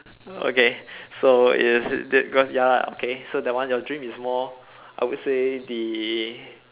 okay so is it ya okay that one your dream is more I would say the